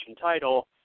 title